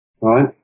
right